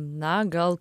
na gal